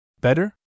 Better